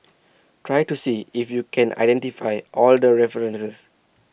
try to see if you can identify all the references